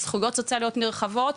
זכויות סוציאליות נרחבות,